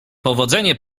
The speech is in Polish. powodzenie